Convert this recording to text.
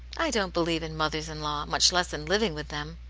i don't believe in mothers-in-law, much less in living with them.